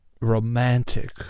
romantic